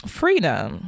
freedom